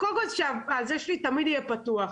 קודם כול שהמיקרופון שלי תמיד יהיה פתוח,